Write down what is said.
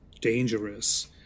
dangerous